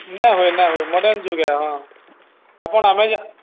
ନାଇଁ ହଏ ନାଇଁ ହଏ ମଡ଼ର୍ଣ୍ଣ ଯୁଗା ହଁ ଆପଣ ଆମେ